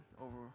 over